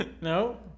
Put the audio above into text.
No